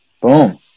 boom